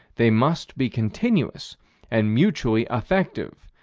they must be continuous and mutually affective,